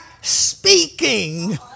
speaking